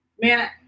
man